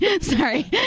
Sorry